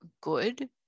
good